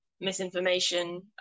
misinformation